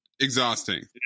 Exhausting